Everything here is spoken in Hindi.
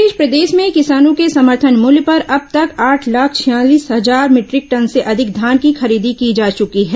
इस बीच प्रदेश में किसानों से समर्थन मूल्य पर अब तक आठ लाख छियालीस हजार मीटरिक टन से अधिक धान की खरीदी की जा चुकी है